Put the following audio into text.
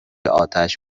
آتش